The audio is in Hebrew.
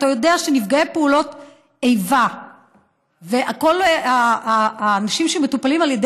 אתה יודע שנפגעי פעולות איבה וכל האנשים שמטופלים על ידי